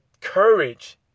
courage